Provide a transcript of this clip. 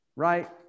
right